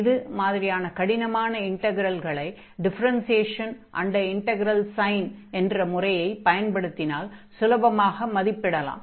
இது மாதிரியான கடினமான இன்டக்ரல்களை டிஃபெரென்சியேஷன் அன்டர் இன்டக்ரல் சைன் என்ற முறையைப் பயன்படுத்தினால் சுலபமாக மதிப்பிடலாம்